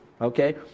Okay